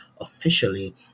officially